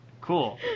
Cool